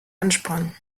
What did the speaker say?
ansprangen